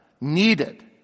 Needed